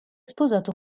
sposato